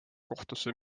kohtusse